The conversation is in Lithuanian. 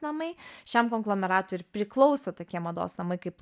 namai šiam konglomeratui ir priklauso tokie mados namai kaip